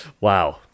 Wow